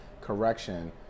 correction